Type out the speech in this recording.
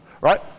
right